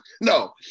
no